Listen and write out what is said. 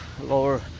lower